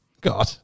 God